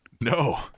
No